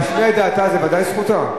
להשמיע את דעתה זו ודאי זכותה?